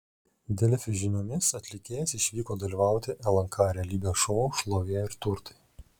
delfi žiniomis atlikėjas išvyko dalyvauti lnk realybės šou šlovė ir turtai